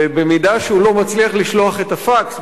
ובמידה שהוא לא מצליח לשלוח את הפקס,